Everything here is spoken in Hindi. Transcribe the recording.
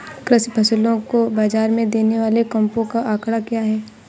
कृषि फसलों को बाज़ार में देने वाले कैंपों का आंकड़ा क्या है?